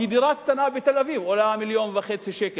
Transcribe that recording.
כי דירה קטנה בתל-אביב עולה 1.5 מיליון שקלים,